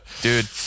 Dude